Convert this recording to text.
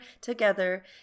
together